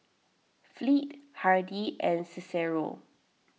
Fleet Hardy and Cicero